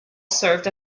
served